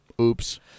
Oops